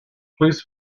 please